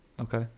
Okay